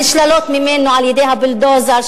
הנשללות ממנו על-ידי הבולדוזר,